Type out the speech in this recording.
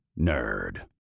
Nerd